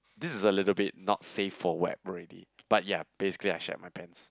this is a little bit not safe for web already but yea basically I shat my pants